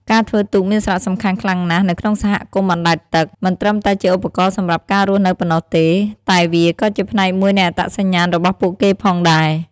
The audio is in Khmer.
ការធ្វើទូកមានសារៈសំខាន់ខ្លាំងណាស់នៅក្នុងសហគមន៍អណ្តែតទឹក មិនត្រឹមតែជាឧបករណ៍សម្រាប់ការរស់នៅប៉ុណ្ណោះទេ តែវាក៏ជាផ្នែកមួយនៃអត្តសញ្ញាណរបស់ពួកគេផងដែរ។